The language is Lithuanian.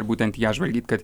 ir būtent ją žvalgyt kad